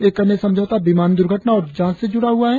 एक अन्य समझौता विमान दुर्घटना और जांच से जुड़ा हुआ है